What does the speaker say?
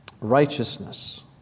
Righteousness